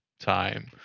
time